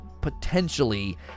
potentially